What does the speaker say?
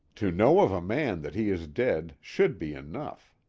to know of a man that he is dead should be enough.